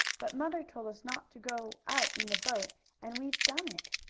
but mother told us not to go out in the boat and we've done it.